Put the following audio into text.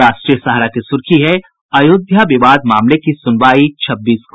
राष्ट्रीय सहारा की सुर्खी है अयोध्या विवाद मामले की सुनवाई छब्बीस को